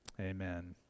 Amen